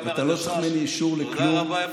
תודה רבה.